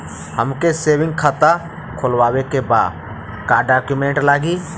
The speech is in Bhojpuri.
हमके सेविंग खाता खोलवावे के बा का डॉक्यूमेंट लागी?